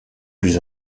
plus